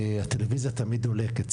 הטלוויזיה תמיד דולקת,